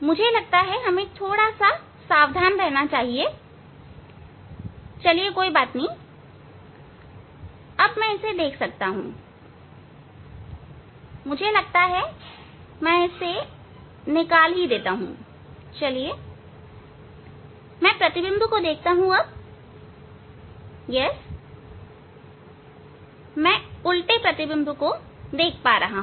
मुझे लगता है कि हमें सावधान रहना चाहिए क्योंकि चलिए कोई बात नहीं अब मैं देख सकता हूं मुझे लगता है कि मैं इसे निकाल दूंगा चलिए मैं प्रतिबिंब को देखता हूं हां मैं उल्टे प्रतिबिंब को देख सकता हूं